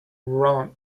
wrong